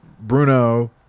Bruno